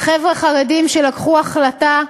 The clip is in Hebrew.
חבר'ה חרדים שלקחו החלטה,